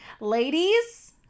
Ladies